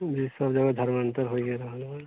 जी सब जगह धर्मान्तर होइ गेल